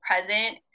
present